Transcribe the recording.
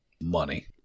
Money